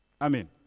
Amen